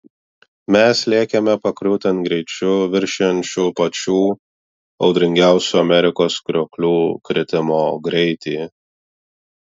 mes lėkėme pakriūtėn greičiu viršijančiu pačių audringiausių amerikos krioklių kritimo greitį